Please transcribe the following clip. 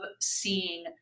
seeing